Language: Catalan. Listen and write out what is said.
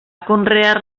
conrear